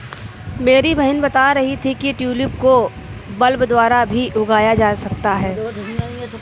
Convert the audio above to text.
मेरी बहन बता रही थी कि ट्यूलिप को बल्ब द्वारा भी उगाया जा सकता है